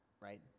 right